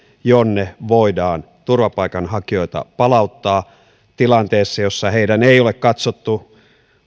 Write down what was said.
jonne voidaan turvapaikanhakijoita palauttaa tilanteessa jossa heidän ei ole katsottu